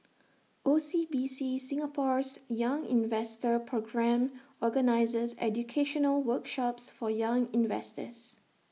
O C B C Singapore's young investor programme organizes educational workshops for young investors